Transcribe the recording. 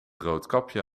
roodkapje